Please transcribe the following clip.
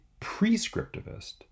prescriptivist